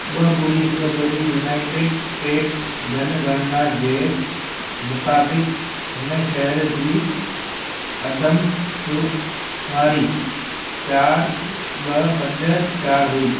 ॿ ॿुड़ी हिकु ॿुड़ी यूनाइटेड स्टेट जनगणना जे मुताबिक़ हिन शहर जी आदमशुमारी चार ॿ पंज चार हुई